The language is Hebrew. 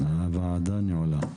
הוועדה נעולה.